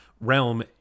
realm